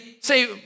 say